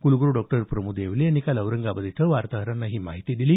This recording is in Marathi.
कुलगुरू डॉक्टर प्रमोद येवले यांनी काल औरंगाबाद इथं वार्ताहरांना ही माहिती दिली